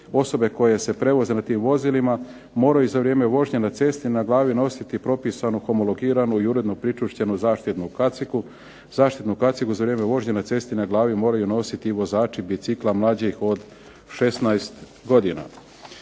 osobe koje se prevoze na tim vozilima moraju za vrijeme vožnje na cesti na glavi nositi propisanu homologiranu i uredno pričvršćenu zaštitnu kacigu. Zaštitnu kacigu za vrijeme vožnje na cesti na glavi moraju nositi vozači bicikla mlađih od 16 godina.